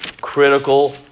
critical